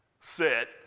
sit